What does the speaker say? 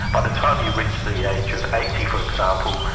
by the time you reach the age of eighty, for example,